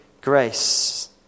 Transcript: grace